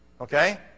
Okay